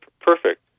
perfect